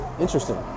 interesting